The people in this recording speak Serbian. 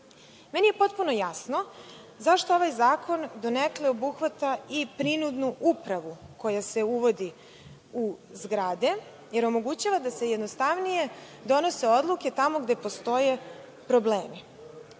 je potpuno jasno zašto ovaj zakon donekle obuhvata i prinudnu upravu koja se uvodi u zgrade, jer omogućava da se jednostavnije donose odluke tamo gde postoje problemi. Ovo